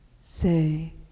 Say